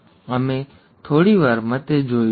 અમે કરીશું અમે થોડી વારમાં તે જોઈશું